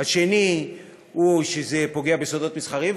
השני הוא כשזה פוגע בסודות מסחריים,